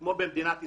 כמו במדינת ישראל,